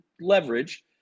leverage